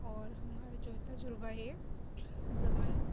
اور ہمارا جو تجربہ ہے زبان